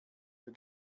für